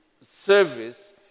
service